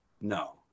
No